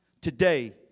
today